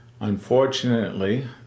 unfortunately